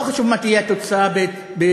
לא חשוב מה תהיה התוצאה בציריך,